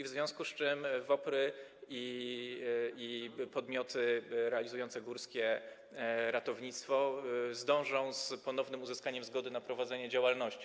w związku z czym WOPR-y i podmioty realizujące górskie ratownictwo zdążą z ponownym uzyskaniem zgody na prowadzenie działalności.